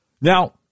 Now